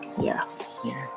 Yes